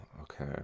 Okay